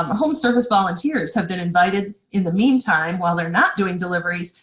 um home service volunteers have been invited, in the meantime while they're not doing deliveries,